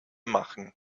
machen